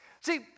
See